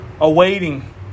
awaiting